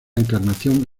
encarnación